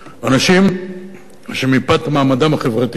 שאנשים שמפאת מעמדם החברתי,